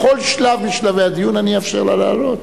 בכל שלב משלבי הדיון אאפשר לה לעלות.